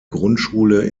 grundschule